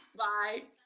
bye